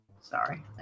Sorry